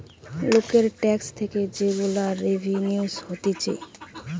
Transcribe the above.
লোকের ট্যাক্স থেকে যে গুলা রেভিনিউ হতিছে